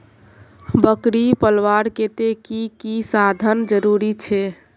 बकरी पलवार केते की की साधन जरूरी छे?